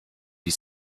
wie